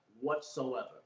whatsoever